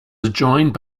adjoined